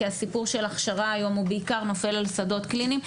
כי הסיפור של הכשרה היום נופל בעיקר על שדות קליניים.